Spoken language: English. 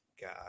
God